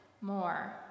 more